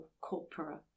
corpora